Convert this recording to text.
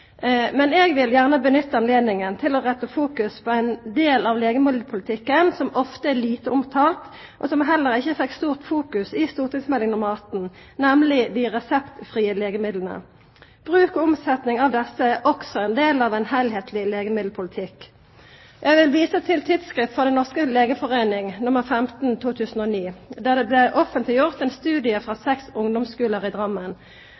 Men eg vil gjerne nytta høvet til å retta fokus på ein del av legemiddelpolitikken som ofte er lite omtalt, og som heller ikkje fekk mykje merksemd i St.meld. nr. 18, nemleg dei reseptfrie legemidla. Bruk og omsetnad av desse er òg ein del av den heilskaplege legemiddelpolitikken. Eg vil visa til Tidsskrift for Den norske legeforening, nr. 15 2009, der det blei offentleggjort ein studie frå seks ungdomsskular i Drammen.